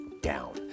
down